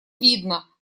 видно